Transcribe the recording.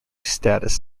status